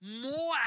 more